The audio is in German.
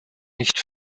nicht